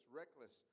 reckless